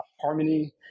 harmony